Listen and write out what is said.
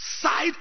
side